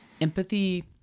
empathy